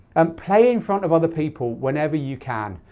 um play in front of other people whenever you can.